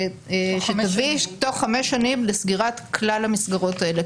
שתביא בתוך חמש שנים לסגירת כלל המסגרות האלה.